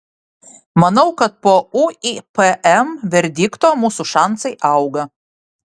manau kad po uipm verdikto mūsų šansai auga